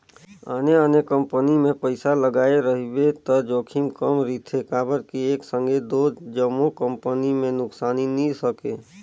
आने आने कंपनी मे पइसा लगाए रहिबे त जोखिम कम रिथे काबर कि एक संघे दो जम्मो कंपनी में नुकसानी नी सके